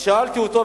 אז שאלתי אותו,